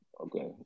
Okay